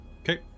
okay